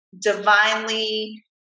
divinely